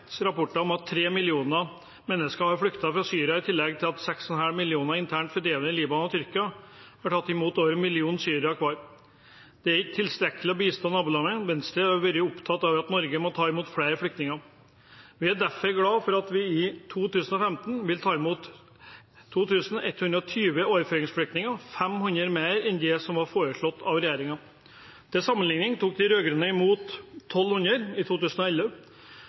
rapporterer om at 3 millioner mennesker har flyktet fra Syria, i tillegg til at 6,5 millioner er internt fordrevne. Libanon og Tyrkia har tatt imot over én million syrere hver. Det er ikke tilstrekkelig å bistå nabolandene, Venstre har vært opptatt av at Norge må ta imot flere flyktninger. Vi er derfor glade for at vi i 2015 vil ta imot 2 120 overføringsflyktninger – 500 mer enn det som var foreslått av regjeringen. Til sammenligning tok de rød-grønne imot 1 200 i 2011,